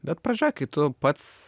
bet pradžioj kai tu pats